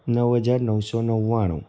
નવ હજાર નવસો નવ્વાણું